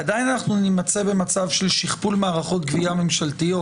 עדיין אנחנו נמצא במצב של שכפול מערכות גבייה ממשלתיות.